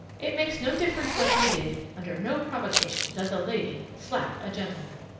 it makes no difference what he did. under no provocation does a lady slap a gentleman.